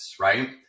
right